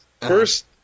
First